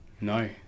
No